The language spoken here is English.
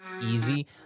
easy